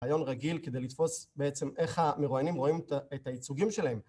רעיון רגיל כדי לתפוס בעצם איך המרואיינים רואים את הייצוגים שלהם